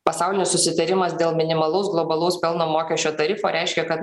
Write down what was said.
pasaulinis susitarimas dėl minimalaus globalaus pelno mokesčio tarifo reiškia kad